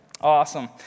Awesome